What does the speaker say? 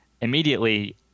immediately